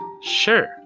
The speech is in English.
Sure